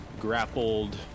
grappled